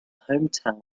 hometown